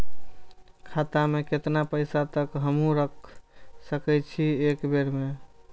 खाता में केतना पैसा तक हमू रख सकी छी एक बेर में?